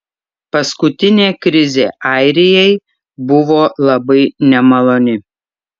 paskutinė krizė airijai buvo labai nemaloni